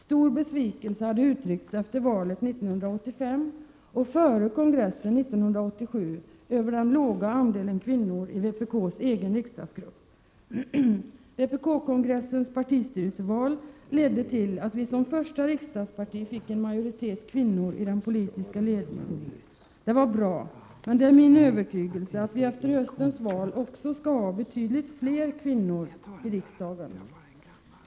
Stor besvikelse hade uttryckts efter valet 1985 och före kongressen 1987 över den låga andelen kvinnor i vpk:s egen riksdagsgrupp. Vpk-kongressens partistyrelseval ledde till att vpk som första riksdagsparti fick en majoritet kvinnor i den politiska ledningen. Det var bra, men det är min övertygelse att vi efter höstens val också skall ha betydligt fler kvinnor i riksdagen.